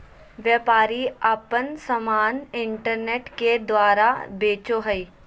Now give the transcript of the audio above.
व्यापारी आपन समान इन्टरनेट के द्वारा बेचो हइ